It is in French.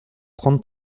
trente